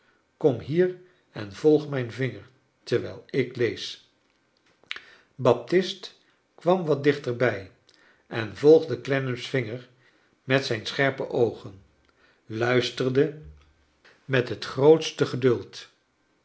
kom hier en volg mijn vinger terwijl ik lees baptist kwam wat dichterbij en volgde clennam's vinger met zijn schcrpe oogen luisterdc met het grootste geduld